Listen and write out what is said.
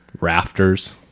rafters